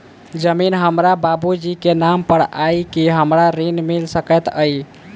जमीन हमरा बाबूजी केँ नाम पर अई की हमरा ऋण मिल सकैत अई?